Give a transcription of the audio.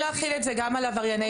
מבקשים להחיל את זה גם על עברייני מין.